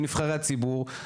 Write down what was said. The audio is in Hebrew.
לנבחרי הציבור,